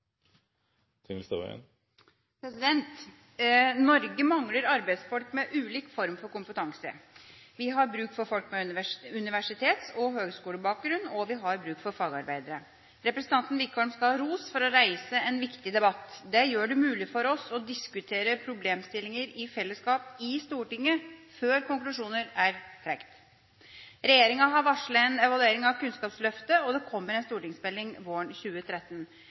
Norge mangler arbeidsfolk med ulik form for kompetanse. Vi har bruk for folk med universitets- og høgskolebakgrunn, og vi har bruk for fagarbeidere. Representanten Wickholm skal ha ros for å reise en viktig debatt. Det gjør det mulig for oss å diskutere problemstillinger i fellesskap i Stortinget før konklusjoner er trukket. Regjeringa har varslet en evaluering av Kunnskapsløftet, og det kommer en stortingsmelding våren 2013.